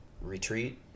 retreat